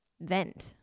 vent